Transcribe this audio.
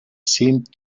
seemed